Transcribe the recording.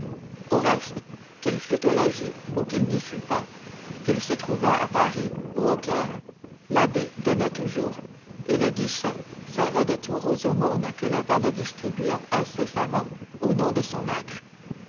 au reste qu'il fût au logis ou qu'il n'y fût pas qu'il se trouvât à paris ou au caire l'abbé donnait toujours et le guichet servait de tour aux aumônes que le valet distribuait incessamment au nom de son maître